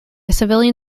civilian